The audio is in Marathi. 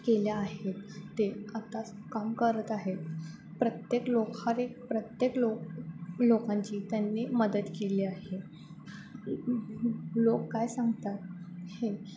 केल्या आहेत ते आता काम करत आहेत प्रत्येक लोक हर एक प्रत्येक लोक लोकांची त्यांनी मदत केली आहे लोक काय सांगतात हे